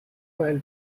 while